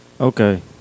Okay